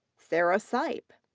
sarah sipe.